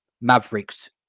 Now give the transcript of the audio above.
mavericks